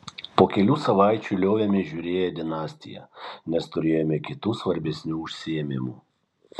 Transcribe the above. po kelių savaičių liovėmės žiūrėję dinastiją nes turėjome kitų svarbesnių užsiėmimų